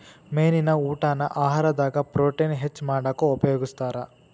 ಮೇನಿನ ಊಟಾನ ಆಹಾರದಾಗ ಪ್ರೊಟೇನ್ ಹೆಚ್ಚ್ ಮಾಡಾಕ ಉಪಯೋಗಸ್ತಾರ